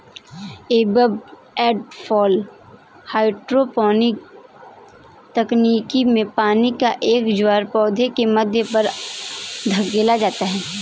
ebb and flow hydroponic तकनीक में पानी का एक ज्वार पौधे के माध्यम पर धकेला जाता है